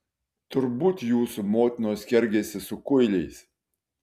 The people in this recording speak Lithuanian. turbūt jūsų motinos kergėsi su kuiliais